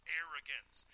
arrogance